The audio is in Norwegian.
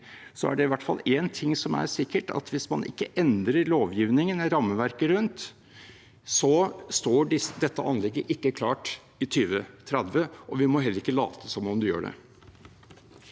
er det i hvert fall én ting som er sikkert – at hvis man ikke endrer lovgivningen, rammeverket rundt, står ikke dette anlegget klart i 2030. Vi må heller ikke late som om det gjør det.